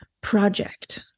project